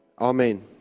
Amen